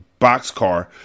boxcar